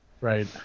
Right